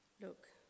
Look